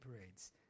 parades